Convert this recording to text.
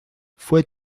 fue